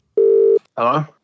Hello